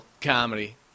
comedy